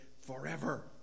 forever